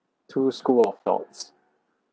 to school of thoughts